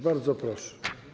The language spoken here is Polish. Bardzo proszę.